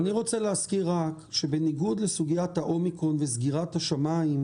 אני רוצה רק להזכיר שבניגוד לסוגיית האומיקרון וסגירת השמיים,